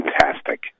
fantastic